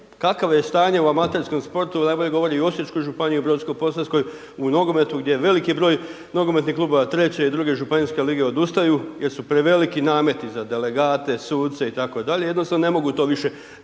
kakvo je stanje u amaterskom sportu, najbolje govori u Osječkoj županiji, Brodsko-posavskoj, u nogometu, gdje je veliki broj nogometnih klubova, treće i druge županijske lige odustaju jer su preveliki nameti za delegate, suce itd., jednostavno ne mogu to više pratiti